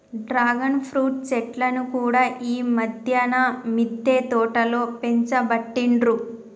dragon fruit చెట్లను కూడా ఈ మధ్యన మిద్దె తోటలో పెంచబట్టిండ్రు